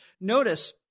Notice